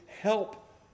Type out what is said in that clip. help